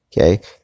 Okay